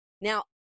Now